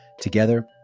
Together